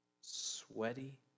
sweaty